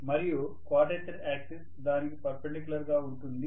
మరియు quadrature axis దానికి perpendicular గా ఉంటుంది